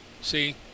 See